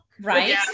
right